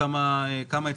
מי נגד?